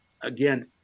again